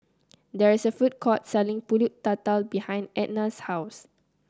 there is a food court selling pulut tatal behind Etna's house